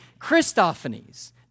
Christophanies